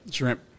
Shrimp